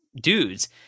dudes